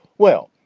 well,